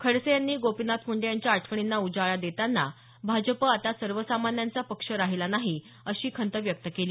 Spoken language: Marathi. खडसे यांनी गोपीनाथ मुंडे यांच्या आठवणींना उजाळा देताना भाजप आता सर्वसामान्यांचा पक्ष आता राहिला नाही अशी खंत व्यक्त केली